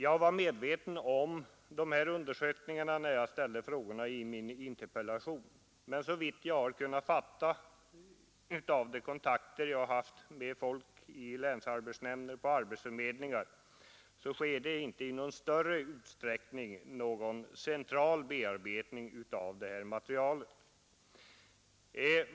Jag var medveten om dessa undersökningar när jag ställde frågorna i min interpellation, men såvitt jag har kunnat förstå av de kontakter jag har haft med folk i länsarbetsnämnden och på arbetsförmedlingarna sker inte i någon större utsträckning någon central bearbetning av detta material.